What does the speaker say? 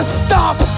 stop